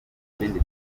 kindi